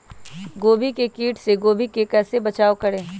गोभी के किट से गोभी का कैसे बचाव करें?